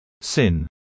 Sin